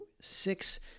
six